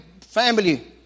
family